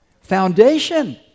Foundation